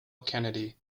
kennedy